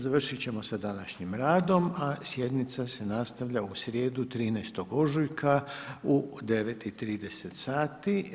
Završit ćemo sa današnjim radom a sjednica se nastavlja u srijedu 13. ožujka u 9 i 30 sati.